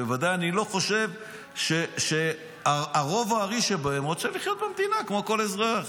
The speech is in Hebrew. אני חושב שחלק הארי רוצה לחיות במדינה כמו כל אזרח.